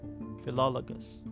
Philologus